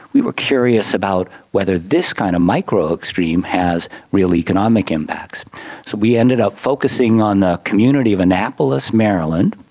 we were curious about whether this kind of micro extreme has real economic impacts. so we ended up focusing on the community of annapolis, maryland,